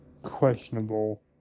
questionable